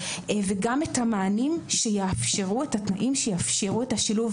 וגם את המענים שיאפשרו את התנאים ושיאפשרו את השילוב,